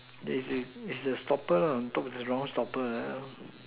there is the stopper on top is the round stopper like that